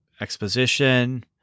exposition